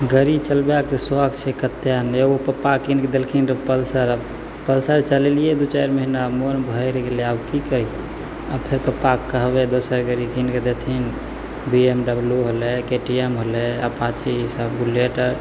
गाड़ी चलबैके सौख छै कतेक ने एगो पप्पा किनिकऽ देलखिन रहै पल्सर पल्सर चलेलिए दुइ चारि महिना मोन भरि गेलै आओर कि कहिए आओर फेर पप्पाके कहबै दोसर गाड़ी किनिकऽ देथिन बी एम डब्ल्यू होलै के टी एम होलै अपाची ईसब बुलेट